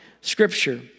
Scripture